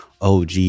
OG